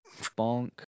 Bonk